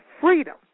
freedom